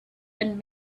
and